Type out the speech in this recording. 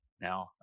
Now